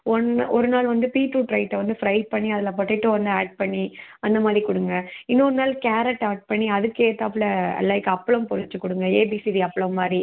one ஒரு நாள் வந்து பீட்ரூட் ரைட்டை வந்து ஃப்ரை பண்ணி அதில் பொட்டேட்டோ ஒன்று ஆட் பண்ணி அந்தமாதிரி கொடுங்க இன்னொரு நாள் கேரட் ஆட் பண்ணி அதற்கேத்தாப்புல லைக் அப்பளம் பொரிச்சு கொடுங்க ஏபிசிடி அப்பளம்மாரி